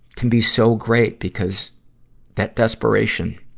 can be so great because that desperation,